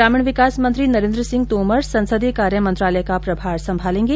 ग्रामीण विकास मंत्री नरेंद्र सिंह तोमर संसदीय कार्य मंत्रालय का प्रभार संभालेंगे